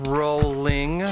rolling